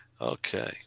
Okay